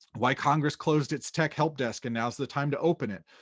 why congress closed its tech help desk and now's the time to open it,